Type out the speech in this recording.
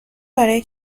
برای